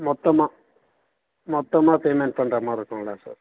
மொத்தமாக மொத்தமாக பேமெண்ட் பண்ணுற மாதிரி இருக்குங்களா சார்